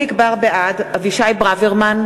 חיליק בר, בעד אבישי ברוורמן,